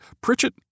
Pritchett